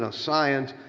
ah science.